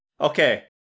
Okay